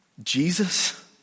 Jesus